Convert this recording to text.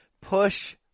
Push